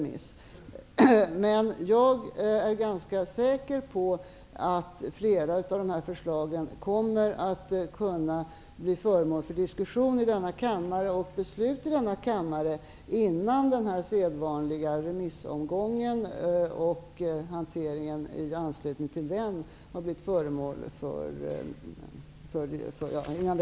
Men jag är ganska säker på att flera av de här förslagen kommer att kunna bli föremål för diskussion och beslut i denna kammare innan den sedvanliga remissomgången och hanteringen i anslutning till den har gåtts igenom.